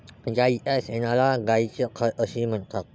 गायीच्या शेणाला गायीचे खत असेही म्हणतात